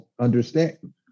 understand